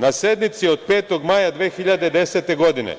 Na sednici od 5. maja 2010. godine,